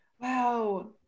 Wow